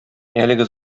әлеге